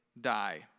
die